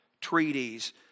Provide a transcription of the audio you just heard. treaties